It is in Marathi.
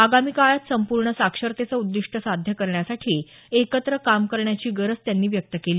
आगामी काळात संपूर्ण साक्षरतेचं उद्दिष्ट साध्य करण्यासाठी एकत्र काम करण्याची गरज त्यांनी व्यक्त केली